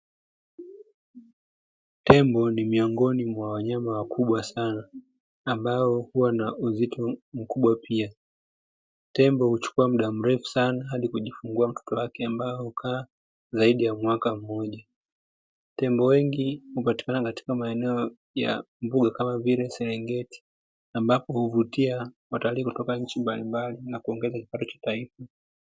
Tembo ni miongoni mwa wanyama wakubwa sana ambao huwa na uzito mkubwa pia. Tembo huchukua muda mrefu sana hadi kujifungua mtoto wake ambao hukaa zaidi ya mwaka mmoja. Tembo wengi hupatikana katika maeneo ya mbuga kama vile Serengeti, ambapo huvutia watalii kutoka nchi mbalimbali na kuongeza kipato cha taifa.